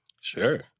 Sure